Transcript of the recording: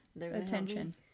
attention